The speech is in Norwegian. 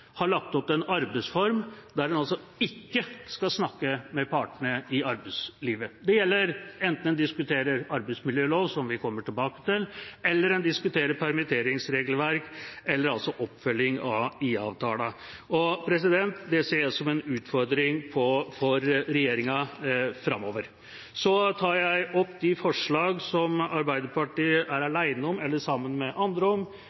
har lagt opp til en arbeidsform der en ikke skal snakke med partene i arbeidslivet. Det gjelder enten en diskuterer arbeidsmiljølov, som vi kommer tilbake til, permitteringsregelverk eller oppfølging av IA-avtalen. Det ser jeg som en utfordring for regjeringa framover. Så tar jeg opp de forslagene som Arbeiderpartiet er alene om, og de forslagene vi er sammen med andre om,